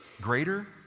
greater